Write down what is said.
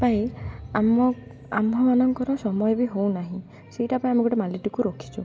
ପାଇଁ ଆମ ଆମ୍ଭମାନଙ୍କର ସମୟ ବି ହଉ ନାହିଁ ସେଇଟା ପାଇଁ ଆମେ ଗୋଟେ ମାଳିଟିକୁ ରଖିଛୁ